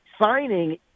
Signing